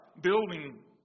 building